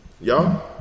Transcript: Y'all